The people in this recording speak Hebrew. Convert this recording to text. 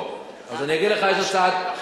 2.5 מיליארד,